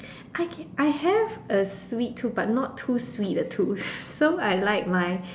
I have a sweet tooth but not so sweet the tooth so I like my